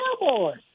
Cowboys